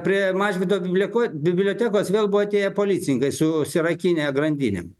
prie mažvydo bibliko bibliotekos vėl buvo atėję policininkai susirakinę grandinėm